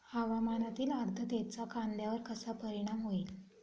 हवामानातील आर्द्रतेचा कांद्यावर कसा परिणाम होईल?